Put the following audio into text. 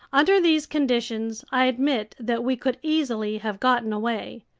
under these conditions i admit that we could easily have gotten away.